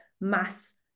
mass